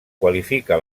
qualifica